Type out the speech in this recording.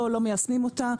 לא מיישמים אותה,